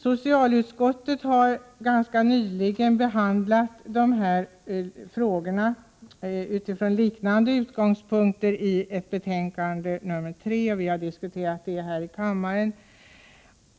Socialutskottet har ganska nyligen i betänkande nr 3 behandlat de här frågorna utifrån utgångspunkter liknande dem som vi har diskuterat här i kammaren.